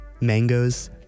mangoes